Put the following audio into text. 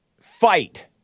fight